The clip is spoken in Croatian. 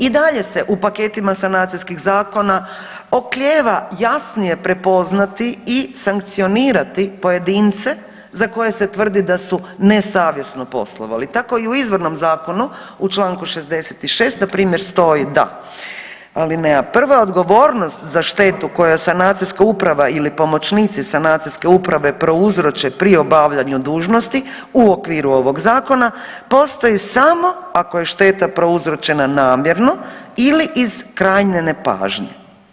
I dalje se u paketima sanacijskih zakona oklijeva jasnije prepoznati i sankcionirati pojedince za koje se tvrdi da su nesavjesno poslovali, tako i u izvornom zakonu, u članku 66. na primjer stoji da alineja prva odgovornost za štetu koju sanacijska uprava ili pomoćnici sanacijske uprave prouzroče pri obavljanju dužnosti u okviru ovog zakona postoji samo ako je šteta prouzročena namjerno ili iz krajnje nepažnje.